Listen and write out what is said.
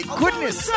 goodness